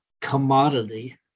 commodity